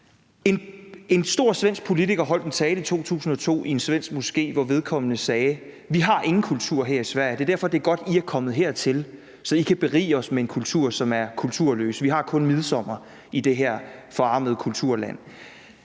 En stor svensk politiker holdt en tale i 2002 i en svensk moské, hvor vedkommende sagde: Vi har ingen kultur her i Sverige; det er derfor, det er godt, at I er kommet hertil, så I kan berige vores kultur, som er kulturløs. Vi har kun midsommer i det her kulturelt